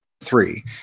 three